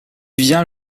vient